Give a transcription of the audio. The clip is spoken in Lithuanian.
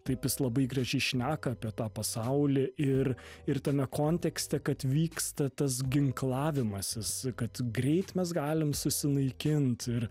taip jis labai gražiai šneka apie tą pasaulį ir ir tame kontekste kad vyksta tas ginklavimasis kad greit mes galim susinaikint ir